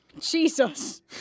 Jesus